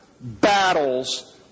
battles